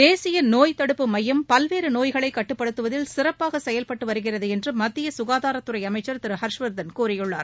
தேசிய நோய்த்தடுப்பு மையம் பல்வேறு நோய்களை கட்டுப்படுத்துவதில் சிறப்பாக செயல்பட்டு வருகிறது என்று மத்திய சுகாதாரத்துறை அமைச்சர் திரு ஹர்ஷ்வர்தன் கூறியுள்ளார்